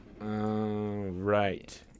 Right